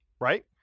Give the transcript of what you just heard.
right